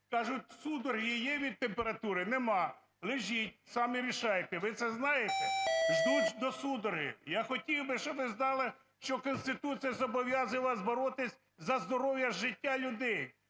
кажуть: "Судороги є від температури? – Нема. – Лежіть, самі рішайте. Ви це знаєте? Ждуть до судорог. Я хотів би, щоб ви знали, що Конституція зобов'язує вас боротися за здоров'я і життя людей.